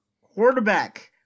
quarterback